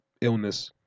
illness